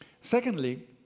Secondly